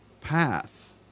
path